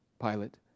Pilate